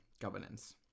governance